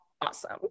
awesome